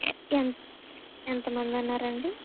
ఎం ఎంతమంది అన్నారండి